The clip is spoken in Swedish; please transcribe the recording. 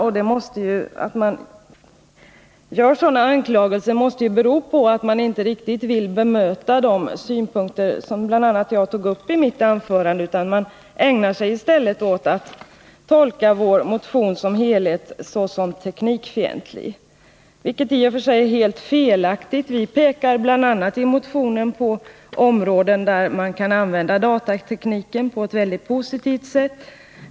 Att man framför sådana anklagelser måste bero på att man inte riktigt vill bemöta bl.a. de synpunkter som jag tog upp i mitt anförande. I stället ägnar man sig åt att tolka vår motion i dess helhet som teknikfientlig, vilket i och för sig är helt felaktigt. Vi pekar i motionen på områden där datatekniken kan användas på ett väldigt positivt sätt.